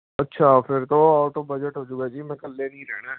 ਅੱਛਾ ਫਿਰ ਤਾਂ ਉਹ ਆਊਟ ਔਫ ਬਜਟ ਹੋਜੂਗਾ ਜੀ ਮੈਂ ਇਕੱਲੇ ਨੇ ਹੀ ਰਹਿਣਾ